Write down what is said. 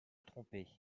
trompés